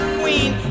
queen